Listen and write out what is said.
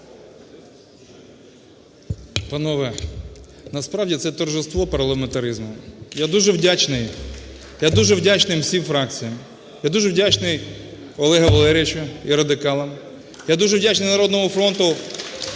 Панове, насправді, це – торжество парламентаризму. Я дуже вдячний, я дуже вдячний всім фракціям, я дуже вдячний Олегу Валерійовичу і радикалам. Я дуже вдячний "Народному фронту",